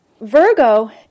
Virgo